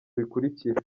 bikurikira